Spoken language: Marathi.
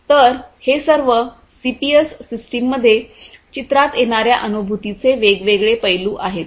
तर हे सर्व सीपीएस सिस्टममध्ये चित्रात येणार्या अनुभूतीचे वेगवेगळे पैलू आहेत